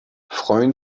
freuen